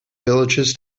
villages